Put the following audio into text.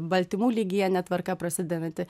baltymų lygyje netvarka prasidedanti